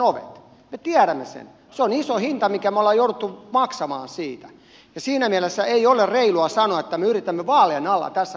se on iso hinta jonka me olemme joutuneet maksamaan siitä ja siinä mielessä ei ole reilua sanoa että me yritämme vaalien alla tässä nostaa jotain vaalikikkaa